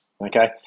Okay